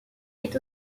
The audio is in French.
est